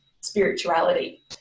spirituality